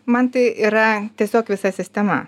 man tai yra tiesiog visa sistema